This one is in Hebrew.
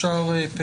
הצבעה אושר.